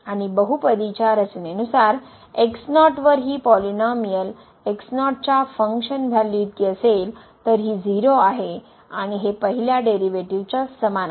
आणि बहुपादिच्या रचनेनुसार x0 वर हि पॉलिनोमिअल x0 च्या फंक्शन व्हॅल्यूइतके असेल तर ही 0 आहे आणि हे पहिल्या डेरीवेटीव च्या समान आहे